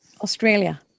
Australia